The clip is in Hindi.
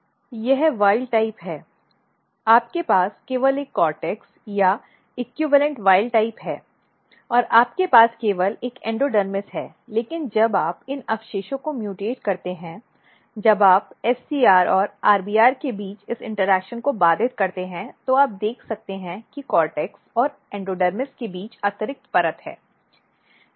यह जंगली प्रकार है आपके पास केवल एक कोर्टेक्स या समकक्ष जंगली प्रकार है और आपके पास केवल एक एंडोडर्मिस है लेकिन जब आप इन अवशेषों को म्यूटेंट करते हैं जब आप SCR और RBR के बीच इस इंटरेक्शन को बाधित करते हैं तो आप देख सकते हैं कि कोर्टेक्स और एंडोडर्मिस के बीच अतिरिक्त परत है